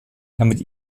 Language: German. damit